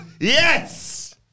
Yes